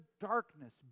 darkness